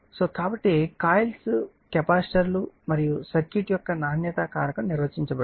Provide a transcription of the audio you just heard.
కాబట్టి కాయిల్స్ కెపాసిటర్లు మరియు సర్క్యూట్ యొక్క నాణ్యత కారకం నిర్వచించబడింది